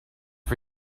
for